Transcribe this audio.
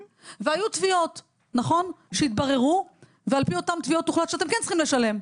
והיו תביעות שהתבררו ועל פי אותן תביעות הוחלט שאתם כן צריכים לשלם,